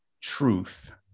truth